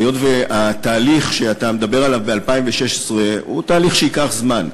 היות שהתהליך שאתה מדבר עליו ב-2016 הוא תהליך שייקח זמן,